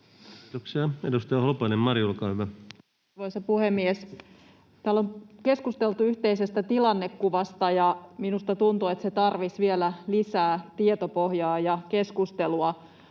Time: 17:39 Content: Arvoisa puhemies! Täällä on keskusteltu yhteisestä tilannekuvasta, ja minusta tuntuu, että se tarvitsisi vielä lisää tietopohjaa ja keskustelua.